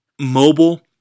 mobile